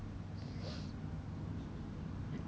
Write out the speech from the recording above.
then hor the voucher at first hor I thought is for